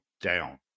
down